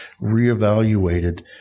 reevaluated